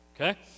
Okay